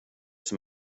som